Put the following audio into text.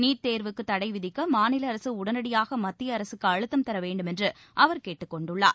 NEET தேர்வுக்கு தடை விதிக்க மாநில அரசு உடனடியாக மத்திய அரசுக்கு அழுத்தம் தர வேண்டுமென்று அவர் கேட்டுக் கொண்டுள்ளார்